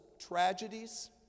tragedies